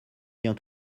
bien